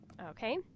Okay